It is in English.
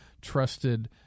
trusted